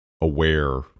aware